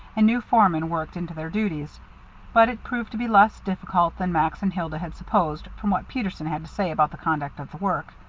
and new foremen worked into their duties but it proved to be less difficult than max and hilda had supposed from what peterson had to say about the conduct of the work.